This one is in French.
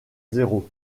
zéro